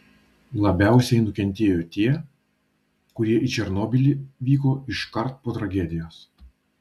labiausiai nukentėjo tie kurie į černobylį vyko iškart po tragedijos